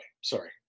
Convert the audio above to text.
sorry